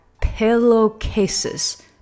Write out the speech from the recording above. pillowcases